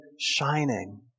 shining